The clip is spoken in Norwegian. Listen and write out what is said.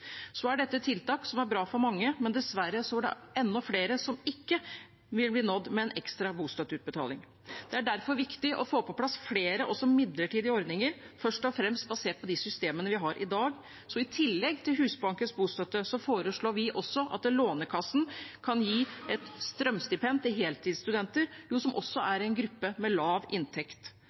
er tiltak som er bra for mange, men dessverre er det enda flere som ikke vil bli nådd med en ekstra bostøtteutbetaling. Det er derfor viktig å få på plass flere også midlertidige ordninger, først og fremst basert på de systemene vi har i dag. I tillegg til Husbankens bostøtte foreslår vi også at Lånekassen kan gi et strømstipend til heltidsstudenter, som også er en gruppe med lav inntekt.